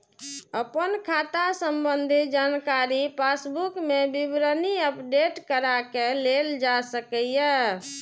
अपन खाता संबंधी जानकारी पासबुक मे विवरणी अपडेट कराके लेल जा सकैए